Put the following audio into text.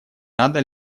надо